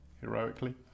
heroically